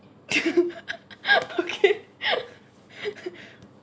okay